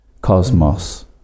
cosmos